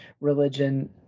religion